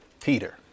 Peter